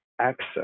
access